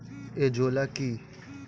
Azolla কি?